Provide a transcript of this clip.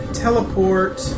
teleport